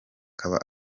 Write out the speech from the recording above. aba